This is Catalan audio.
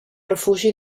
refugi